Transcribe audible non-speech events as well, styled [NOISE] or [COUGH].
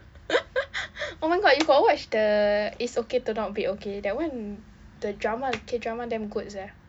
[LAUGHS] oh my god you got watch the is okay to not be okay that one the drama the K drama damn good sia